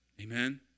amen